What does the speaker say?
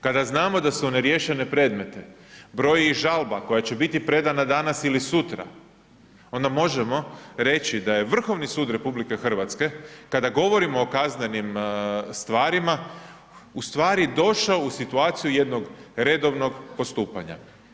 Kada znamo da neriješene predmete broji i žalba koja će biti predana danas ili sutra, onda možemo reći da je Vrhovni sud RH kada govorimo o kaznenim stvarima, ustvari došao u situaciju jednog redovnog postupanja.